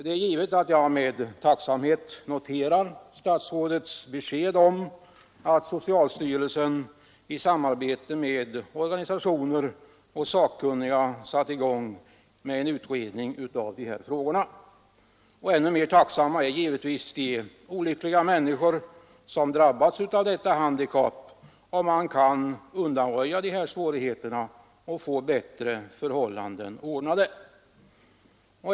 Det är givet att jag med tacksamhet noterar statsrådets besked om att socialstyrelsen i samarbete med organisationer och sakkunniga satt i gång en utredning av dessa frågor. Ännu mer tacksamma är givetvis de olyckliga människor som drabbats av det handikapp det här gäller, om man kan undanröja dessa svårigheter och få bättre förhållanden.